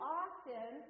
often